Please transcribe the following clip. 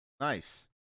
Nice